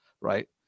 right